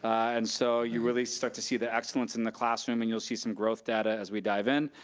and so, you really start to see the excellence in the classroom and you'll see some growth data as we dive in,